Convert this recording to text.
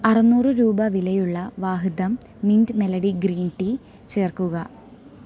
അറുന്നൂറ് രൂപ വിലയുള്ള Vahdam mint melody green tea ചേർക്കുക